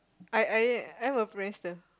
I I I'm a prankster